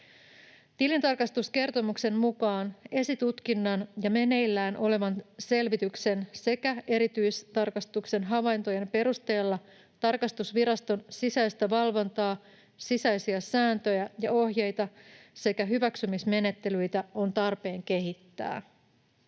Tilintarkastuskertomuksen mukaan esitutkinnan ja meneillään olevan selvityksen sekä erityistarkastuksen havaintojen perusteella tarkastusviraston sisäistä valvontaa, sisäisiä sääntöjä ja ohjeita sekä hyväksymismenettelyitä on tarpeen kehittää.